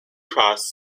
cross